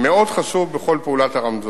מאוד חשוב בכל פעולת הרמזור.